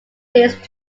least